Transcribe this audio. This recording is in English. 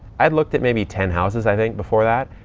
i looked at maybe ten houses, i think before that.